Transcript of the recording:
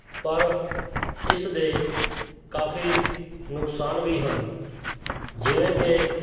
ਪਰ ਇਸ ਦੇ ਕਾਫੀ ਨੁਕਸਾਨ ਵੀ ਹਨ ਜਿਵੇਂ ਕਿ